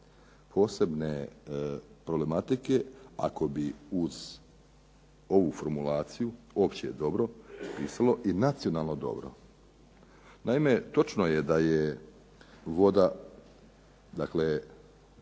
posebne problematike ako bi uz ovu formulaciju "opće dobro" pisalo i "nacionalno dobro". Naime, točno je da je voda nešto